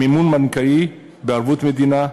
מימון בנקאי בערבות מדינה,